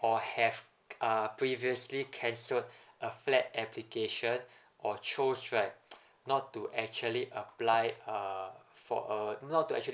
or have uh previously cancelled a flat application or chose right not to actually apply uh for uh not to actually